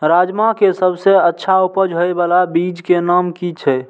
राजमा के सबसे अच्छा उपज हे वाला बीज के नाम की छे?